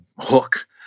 hook